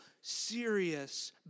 serious